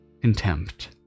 contempt